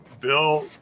Bill